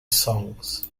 songs